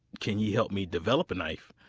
can you help me develop a knife?